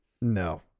No